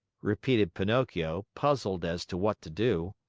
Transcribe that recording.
repeated pinocchio, puzzled as to what to do.